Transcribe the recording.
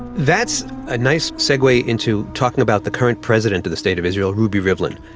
that's a nice segue into talking about the current president of the state of israel, ruvi rivlin.